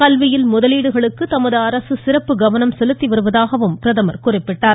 கல்வியில் முதலீடுகளுக்கு தமது அரசு சிறப்பு கவனம் செலுத்தி வருவதாகவும் பிரதமர் குறிப்பிட்டார்